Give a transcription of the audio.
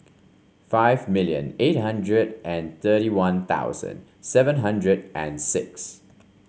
five million eight hundred and thirty One Thousand seven hundred and six